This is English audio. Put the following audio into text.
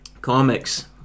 comics